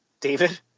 David